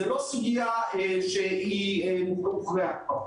זה לא סוגיה שהוכרעה כבר.